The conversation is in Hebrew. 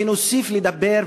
ונוסיף לדבר,